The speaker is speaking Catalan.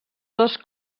dos